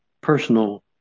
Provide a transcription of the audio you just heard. personal